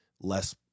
less